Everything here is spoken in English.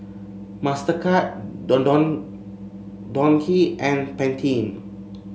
Mastercard Don Don Donki and Pantene